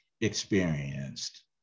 experienced